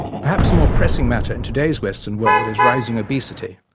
perhaps a more pressing matter in today's western world is rising obesity.